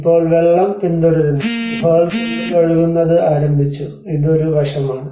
ഇപ്പോൾ വെള്ളം പിന്തുടരുന്നു ഗുഹകൾക്കുള്ളിൽ ഒഴുകുന്നത് ആരംഭിച്ചു ഇത് ഒരു വശമാണ്